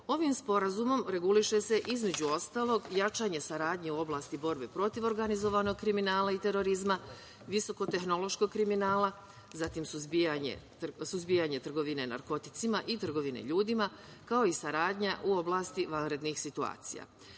ovim Sporazumom reguliše se između ostalog jačanje saradnje u oblasti borbe protiv organizovanog kriminala i terorizma, visoko tehnološkog kriminala, zatim suzbijanje trgovine narkoticima i trgovine ljudima, kao i saradnja u oblasti vanrednih situacija.